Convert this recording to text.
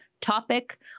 topic